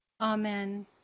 Amen